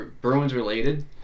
Bruins-related